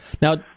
Now